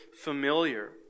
familiar